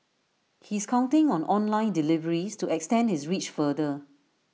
he is counting on online deliveries to extend his reach farther